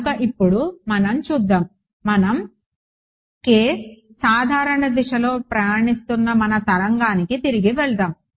కనుక ఇప్పుడు మనము చూద్దాం మనం సాధారణ దిశలో ప్రయాణిస్తున్న మన తరంగానికి తిరిగి వెళ్దాము